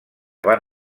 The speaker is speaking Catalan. van